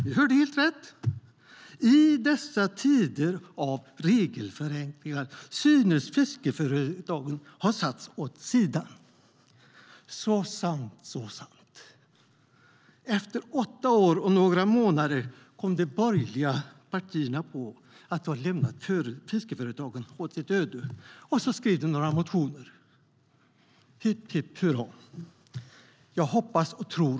Ni hörde helt rätt. "I dessa tider av regelförenklingar synes fiskeföretagen ha satts åt sidan." Så sant, så sant! Efter åtta år och några månader kom de borgerliga partierna på att de har lämnat fiskeföretagen åt sitt öde. Då skrev de några motioner. Hipp, hipp, hurra!